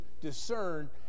discern